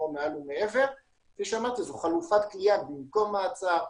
מעל ומעבר כי כמו שאמרתי זו חלופת כליאה במקום מעצר,